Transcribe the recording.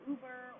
Uber